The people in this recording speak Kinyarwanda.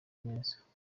neza